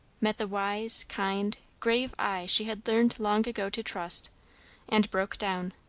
met the wise, kind, grave eye she had learned long ago to trust and broke down.